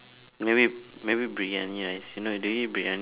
maybe maybe briyani rice you know do you eat briyani